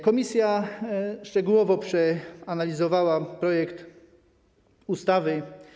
Komisja szczegółowo przeanalizowała projekt ustawy.